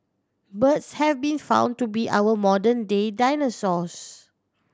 birds have been found to be our modern day dinosaurs